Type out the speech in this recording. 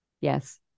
Yes